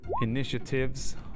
Initiatives